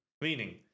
meaning